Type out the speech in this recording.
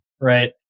right